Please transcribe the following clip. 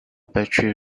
battery